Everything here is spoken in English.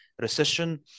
recession